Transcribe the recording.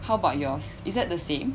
how about yours is that the same